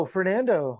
Fernando